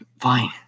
Fine